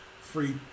free